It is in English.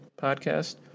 podcast